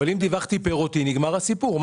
אם דיווחתי פירותי נגמר הסיפור.